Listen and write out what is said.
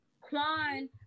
Quan